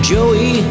Joey